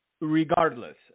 regardless